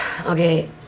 okay